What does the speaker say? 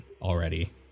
already